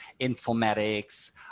informatics